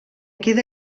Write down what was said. queda